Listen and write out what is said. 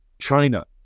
China